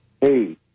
Hey